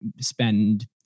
spend